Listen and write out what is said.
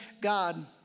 God